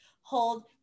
hold